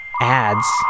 ads